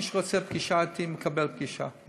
מי שרוצה פגישה אתי מקבל פגישה,